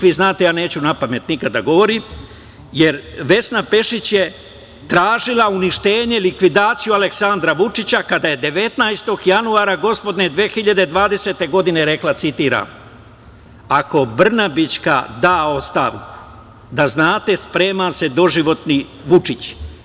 Vi znate, ja neću napamet nikada da govorim, jer Vesna Pešić je tražila uništenje, likvidaciju Aleksandra Vučića kada je 19. januara gospodnje 2020. godine rekla, citiram: „Ako Brnabićka da ostavku, da znate, sprema se doživotni Vučić.